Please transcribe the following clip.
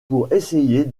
persuader